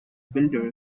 builder